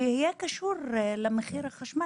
שיהיה קשור למחיר החשמל.